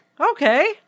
Okay